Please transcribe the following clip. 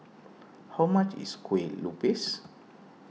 how much is Kue Lupis